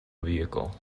vehicle